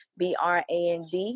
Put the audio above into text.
brand